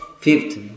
Fifth